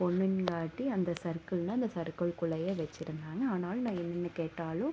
பொண்ணுங்காட்டி அந்த சர்க்கிளில் அந்த சர்க்கிள்குள்ளேயே வெச்சுருந்தாங்க ஆனாலும் நான் என்ன கேட்டாலும்